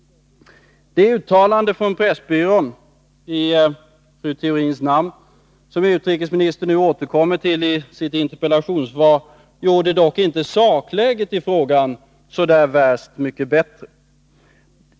Det uttalande från pressbyrån, i fru Theorins namn, som utrikesministern nui sitt interpellationssvar återkommer till gjorde dock inte sakläget i frågan så värst mycket bättre.